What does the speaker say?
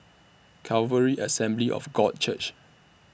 Calvary Assembly of God Church